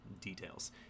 details